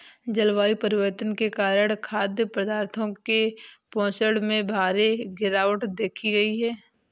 जलवायु परिवर्तन के कारण खाद्य पदार्थों के पोषण में भारी गिरवाट देखी गयी है